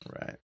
Right